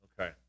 Okay